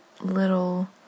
little